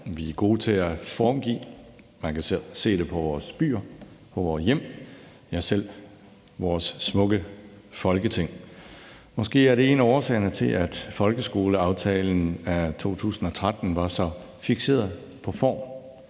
Vi er gode til at formgive. Man kan se det på vores byer, på vore hjem, ja, selv vores smukke Folketing. Måske er det en af årsagerne til, at folkeskoleaftalen af 2013 var så fikseret på form